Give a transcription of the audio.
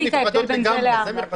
כל הבוקר אנחנו עובדים,